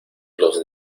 los